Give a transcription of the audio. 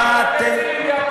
על זה על מה?